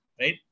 right